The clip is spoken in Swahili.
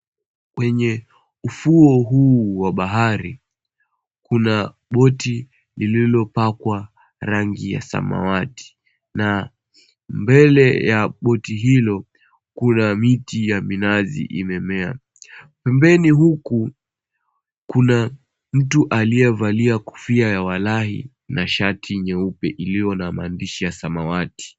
Kwenye ufuo huu wa bahari kuna boti lililopakwa rangi ya samawati na mbele ya boti hilo kuna miti ya minazi imemea. Pembeni huku, kuna mtu aliyevalia kofia ya walahi na shati nyeupe iliyo na maandishi ya samawati.